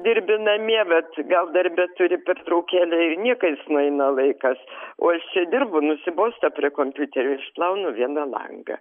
dirbi namie bet gal darbe turi pertraukėlę ir niekais nueina laikas o aš čia dirbu nusibosta prie kompiuterio išplaunu vieną langą